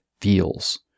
feels